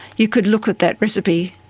you could look at that recipe,